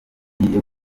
igiye